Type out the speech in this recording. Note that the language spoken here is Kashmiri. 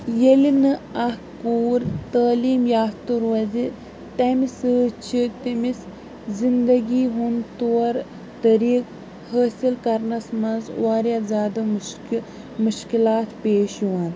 ییٚلہِ نہٕ اَکھ کوٗر تعلیٖم یافتہٕ روزِ تَمہِ سۭتۍ چھِ تٔمِس زِندٕگی ہُنٛد طور طٔریٖقہٕ حٲصِل کرنَس منٛز واریاہ زیادٕ مُشکل مُشکلات پیش یِوان